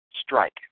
strike